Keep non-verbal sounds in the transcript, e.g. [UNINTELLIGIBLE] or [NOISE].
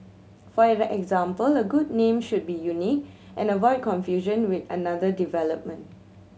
for [UNINTELLIGIBLE] example a good name should be unique and avoid confusion with another development